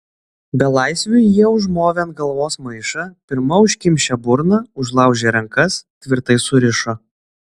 belaisviui jie užmovė ant galvos maišą pirma užkimšę burną užlaužė rankas tvirtai surišo